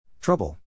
Trouble